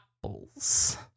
Apples